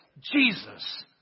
Jesus